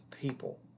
people